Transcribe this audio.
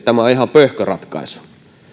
tämä on ihan pöhkö ratkaisu